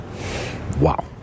Wow